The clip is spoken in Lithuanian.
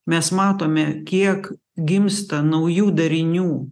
mes matome kiek gimsta naujų darinių